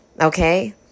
okay